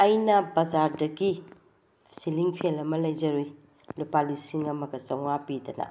ꯑꯩꯅ ꯕꯖꯥꯔꯗꯒꯤ ꯁꯤꯂꯤꯡ ꯐꯦꯟ ꯑꯃ ꯂꯩꯖꯔꯨꯏ ꯂꯨꯄꯥ ꯂꯤꯁꯤꯡ ꯑꯃꯒ ꯆꯥꯝꯃꯉꯥ ꯄꯤꯗꯅ